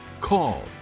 call